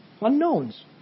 Unknowns